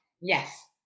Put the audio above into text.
Yes